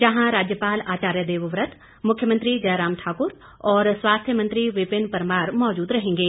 जहां राज्यपाल आचार्य देवव्रत मुख्यमंत्री जयराम ठाकुर और स्वास्थ्य मंत्री विपिन परमार मौजूद रहेंगे